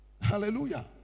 Hallelujah